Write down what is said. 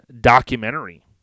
documentary